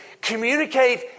communicate